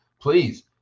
Please